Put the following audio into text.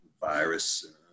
virus